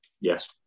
Yes